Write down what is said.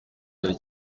cyari